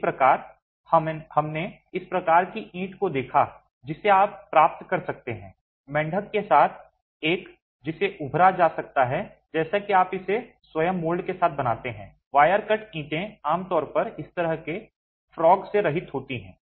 इस प्रकार हमने इस प्रकार की ईंट को देखा जिसे आप प्राप्त कर सकते हैं मेंढक के साथ एक जिसे उभरा जा सकता है जैसा कि आप इसे स्वयं मोल्ड के साथ बनाते हैं वायर कट ईंटें आमतौर पर इस तरह के से रहित होती हैं